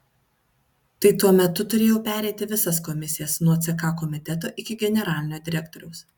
tai tuo metu turėjau pereiti visas komisijas nuo ck komiteto iki generalinio direktoriaus